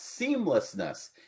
seamlessness